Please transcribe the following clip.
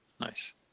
Nice